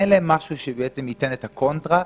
אין להם משהו שייתן את הקונטרה.